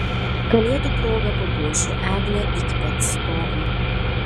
kalėdų proga papuošiu eglę iki pat stogo